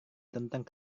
tentang